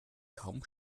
kaum